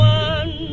one